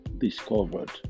discovered